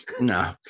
No